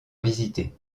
visiter